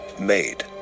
made